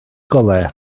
golau